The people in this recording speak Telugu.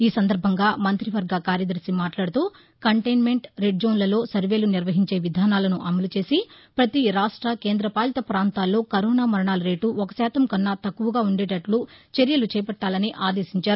ఈ సందర్బంగా మంత్రివర్గ కార్యదర్శి మాట్లాడుతూ కంటైన్నెంట్ రెడ్ జోన్లలో సర్వేలు నిర్వహించే విధానాలను అమలు చేసి పతి రాష్ట కేంద పాలిత పాంతాల్లో కరోనా మరణాల రేటు ఒక శాతం కన్నా తక్కువగా ఉండేటట్లు చర్యలు చేపట్టాలని ఆదేశించారు